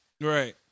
Right